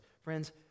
Friends